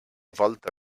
volta